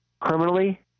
criminally